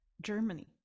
germany